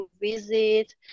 visit